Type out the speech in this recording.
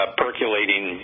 percolating